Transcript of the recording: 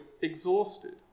exhausted